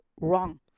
wrong